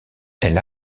elle